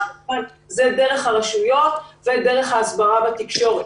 זה דרך הרשויות ודרך ההסברה בתקשורת.